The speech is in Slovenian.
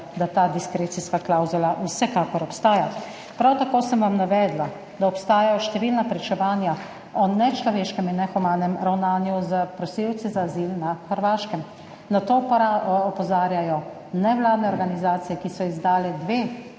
da ta diskrecijska klavzula vsekakor obstaja. Prav tako sem vam navedla, da obstajajo številna pričevanja o nečloveškem in nehumanem ravnanju s prosilci za azil na Hrvaškem. Na to opozarjajo nevladne organizacije, ki so izdale dve